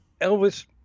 Elvis